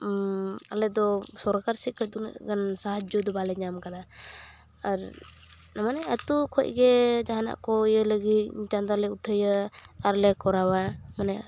ᱟᱞᱮᱫᱚ ᱥᱚᱨᱠᱟᱨᱥᱮᱫ ᱠᱷᱚᱡᱫᱚ ᱩᱱᱟᱹᱜ ᱜᱟᱱ ᱥᱟᱦᱟᱡᱽᱡᱚᱫᱚ ᱵᱟᱞᱮ ᱧᱟᱢ ᱟᱠᱟᱫᱟ ᱟᱨ ᱢᱟᱱᱮ ᱟᱹᱛᱩ ᱠᱷᱚᱱᱜᱮ ᱡᱟᱦᱟᱱᱟᱜᱠᱚ ᱤᱭᱟᱹ ᱞᱟᱹᱜᱤᱫ ᱪᱟᱸᱫᱟᱞᱮ ᱩᱴᱷᱟᱹᱣᱟ ᱟᱨᱞᱮ ᱠᱚᱨᱟᱣᱟ ᱢᱟᱱᱮ